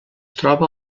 troba